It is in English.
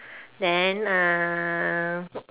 then uh